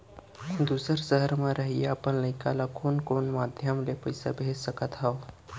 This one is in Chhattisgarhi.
दूसर सहर म रहइया अपन लइका ला कोन कोन माधयम ले पइसा भेज सकत हव?